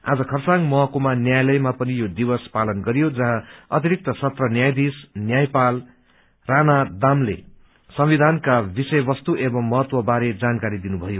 आज खरसाङ महकुमा न्यायालयमा पनि यो दिवस पालन गरियो जहाँ अतिरिक्त सत्र न्यायधीश न्यायपाल राणा दामले संविधनका विषय वस्तु एवं महत्वबारे जानकारी दिनुभयो